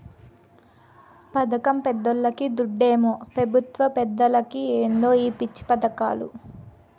పదకం పేదోల్లకి, దుడ్డేమో పెబుత్వ పెద్దలకి ఏందో ఈ పిచ్చి పదకాలు